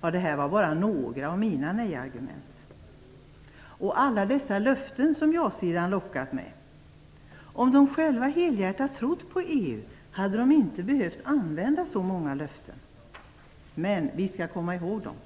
Det här var bara några av mina nejargument. Och alla dessa löften som ja-sidan lockat med. Om de själva helhjärtat trott på EU hade de inte behövt använda så många löften. Men vi skall komma ihåg dem.